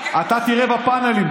אתה תראה בפנלים.